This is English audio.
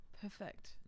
Perfect